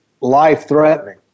life-threatening